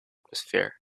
atmosphere